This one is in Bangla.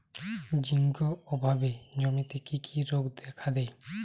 জিঙ্ক অভাবে জমিতে কি কি রোগ দেখাদেয়?